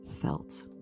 felt